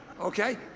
okay